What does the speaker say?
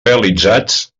realitzats